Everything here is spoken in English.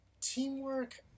Teamwork